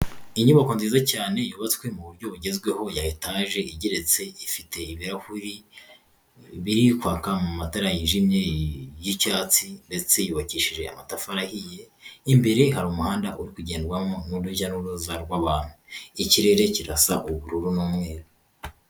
Inyubako nziza cyane yubatswe mu buryo bugezweho ya etaje igeretse ifite ibirahuri birikwaka mu matara yijimye y'icyatsi ndetse yubakishije amatafari ahiye, imbere hari umuhanda uri kugendwamo n'urujya n'uruza rw'abantu, ikirere kirasa ubururu n'umweru.